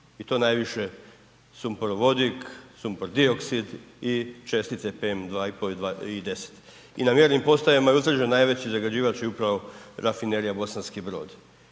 i to najviše sumporovodik, sumpor dioksid i čestice PM 2,5 i 10. I na mjernim postajama je utvrđen najveći zagađivač je upravo rafinerija Bosanski Brod.